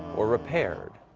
or repaired.